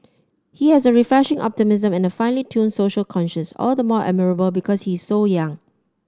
he has a refreshing optimism and a finely tuned social conscience all the more admirable because he is so young